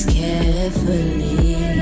carefully